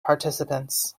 participants